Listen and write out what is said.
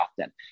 often